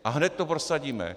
A hned to prosadíme.